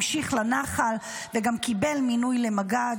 המשיך לנחל וגם קיבל מינוי למג"ד.